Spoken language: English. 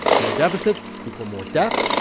more deficits equal more debt.